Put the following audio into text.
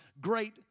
great